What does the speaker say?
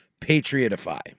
Patriotify